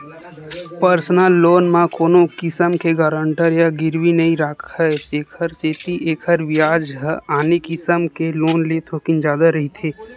personal loan म कोनो किसम के गारंटर या गिरवी नइ राखय तेखर सेती एखर बियाज ह आने किसम के लोन ले थोकिन जादा रहिथे